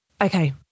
Okay